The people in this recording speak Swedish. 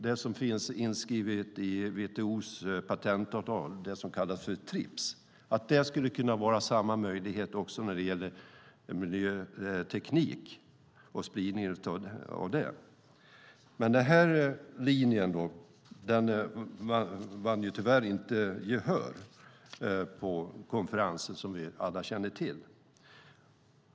Det finns inskrivet i WTO:s patentavtal som kallas för TRIPS. Det skulle kunna vara samma möjlighet också när det gäller miljöteknik och spridningen av det. Den linjen vann tyvärr inte gehör på konferensen, som vi alla känner till.